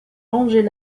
longeait